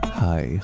hi